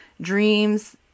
dreams